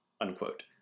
unquote